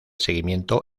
seguimiento